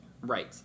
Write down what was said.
Right